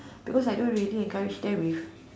because I don't really encourage them with